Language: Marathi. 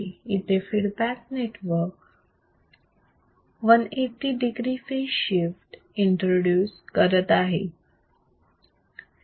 इथे feedback network 180 degree phase shift introduce करत आहे